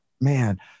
man